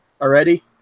already